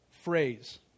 phrase